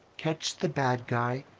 catch the bad guy,